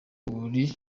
buri